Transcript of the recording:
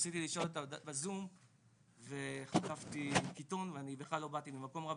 ניסיתי לשאול אותך בזום וחטפתי --- ובכלל לא באתי ממקום רע,